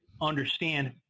understand